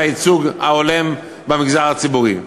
את הייצוג ההולם במגזר הציבורי.